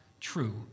true